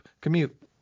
commute